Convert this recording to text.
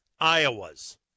Iowas